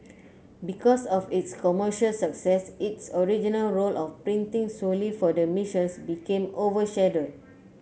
because of its commercial success its original role of printing solely for the missions became overshadow